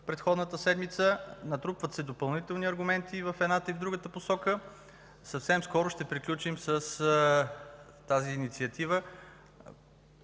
в предходната седмица. Натрупват се допълнителни аргументи в едната и в другата посока. Съвсем скоро ще приключим с тази инициатива.